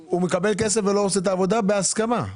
הוא מקבל כסף ולא עושה את העבודה, בהסכמה.